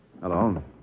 Hello